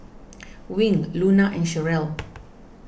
Wing Luna and Cherelle